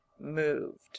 moved